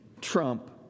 trump